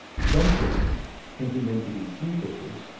some persons, thinking them to be sea fishes,